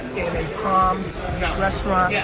a palms restaurant. yeah